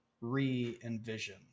re-envision